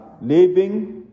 living